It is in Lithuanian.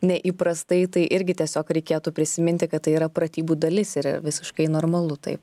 nei įprastai tai irgi tiesiog reikėtų prisiminti kad tai yra pratybų dalis ir visiškai normalu taip